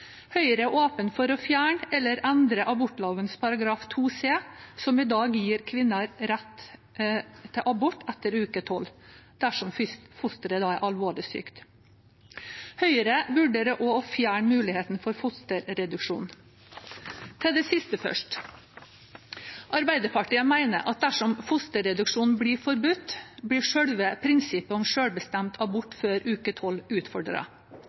Høyre er åpen for å fjerne eller endre abortloven § 2 c, som i dag gir kvinner rett til abort etter uke tolv dersom fosteret er alvorlig sykt. Høyre vurderer også å fjerne muligheten til fosterreduksjon. Til det siste først: Arbeiderpartiet mener at dersom fosterreduksjon blir forbudt, blir selve prinsippet om selvbestemt abort før uke tolv